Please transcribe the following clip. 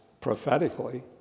prophetically